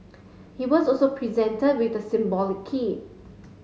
he was also presented with the symbolic key